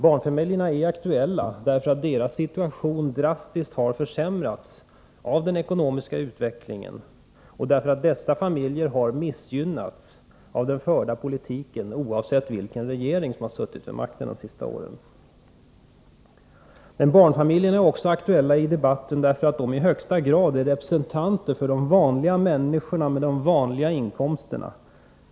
Barnfamiljerna är aktuella därför att deras situation drastiskt har försämrats av den ekonomiska utvecklingen och därför att dessa familjer har missgynnats av den förda politiken, oavsett vilken regering som har suttit vid makten de senaste åren. Men barnfamiljerna är också aktuella i debatten därför att de i högsta grad är representanter för de vanliga människorna med de vanliga inkomsterna.